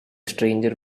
stranger